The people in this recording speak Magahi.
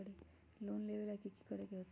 लोन लेबे ला की कि करे के होतई?